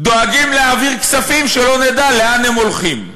דואגים להעביר כספים שלא נדע לאן הם הולכים.